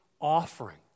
offering